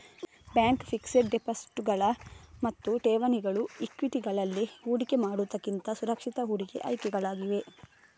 bank fixed ಡೆಪಾಸಿಟುಗಳು ಮತ್ತು ಠೇವಣಿಗಳು ಈಕ್ವಿಟಿಗಳಲ್ಲಿ ಹೂಡಿಕೆ ಮಾಡುವುದಕ್ಕಿಂತ ಸುರಕ್ಷಿತ ಹೂಡಿಕೆ ಆಯ್ಕೆಗಳಾಗಿವೆ